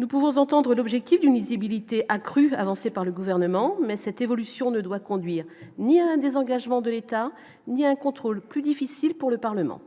nous pouvons entendre l'objectif d'une visibilité accrue avancé par le gouvernement, mais cette évolution ne doit conduire ni un désengagement de l'État, il y a un contrôle plus difficile pour le Parlement,